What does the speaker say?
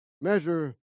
measure